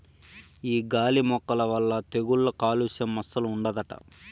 ఈ గాలి మొక్కల వల్ల తెగుళ్ళు కాలుస్యం అస్సలు ఉండదట